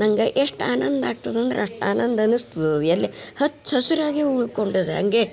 ನಂಗೆ ಎಷ್ಟು ಆನಂದ ಆಗ್ತದಂದ್ರೆ ಅಷ್ಟು ಆನಂದ ಅನಿಸ್ತದೆ ಅದು ಎಲೆ ಹಚ್ಚ ಹಸಿರಾಗೆ ಉಳ್ಕೊಂಡದ ಹಂಗೆ